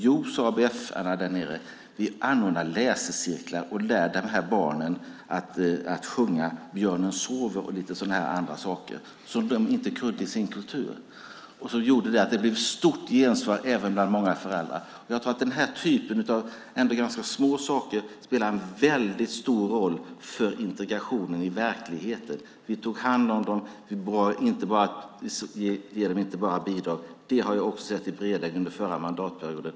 ABF där tyckte att man skulle anordna läsecirklar och lära dessa barn att sjunga Björnen sover och liknande som de inte har i sin kultur. Det blev ett stort gensvar även bland många föräldrar. Jag tror att denna typ av ganska små saker spelar en väldigt stor roll för integrationen i verkligheten. Vi tar hand om dessa människor i stället för att bara ge dem bidrag, vilket jag såg i Bredäng under den förra mandatperioden.